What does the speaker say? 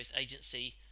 agency